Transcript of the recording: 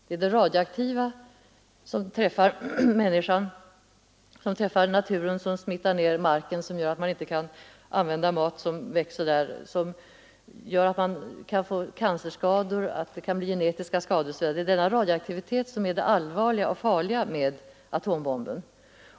Det är radioaktiviteten — som träffar människan, som träffar naturen, som smutsar ned marken och gör att man inte kan använda maten som växer där, som gör att man kan få cancerskador, genetiska skador osv. — som är det allvarliga och farliga med atombomben.